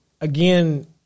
Again